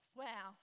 wow